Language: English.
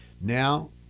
Now